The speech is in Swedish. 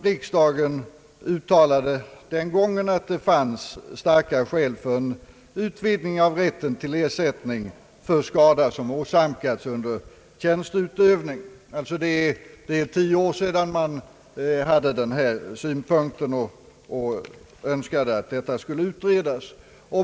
Riksdagen uttalade då att det fanns starka skäl för en utvidgning av rätten till ersättning för skada som åsamkats polisman under tjänsteutövning. Det är nu 10 år sedan den synpunkten framfördes och en utredning begärdes.